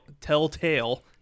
telltale